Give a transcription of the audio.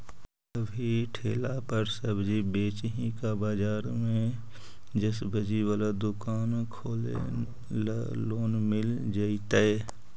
अभी ठेला पर सब्जी बेच ही का बाजार में ज्सबजी बाला दुकान खोले ल लोन मिल जईतै?